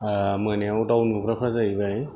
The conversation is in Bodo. मोनायाव दाउ नुग्राफोरा जाहैबाय